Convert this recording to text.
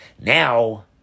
Now